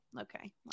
Okay